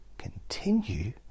Continue